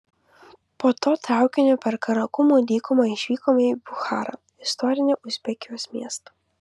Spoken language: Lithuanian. po to traukiniu per karakumų dykumą išvykome į bucharą istorinį uzbekijos miestą